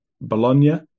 Bologna